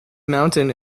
mountain